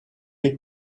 est